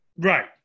Right